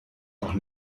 auch